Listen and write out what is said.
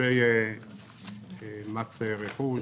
אנשי מס רכוש,